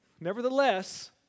nevertheless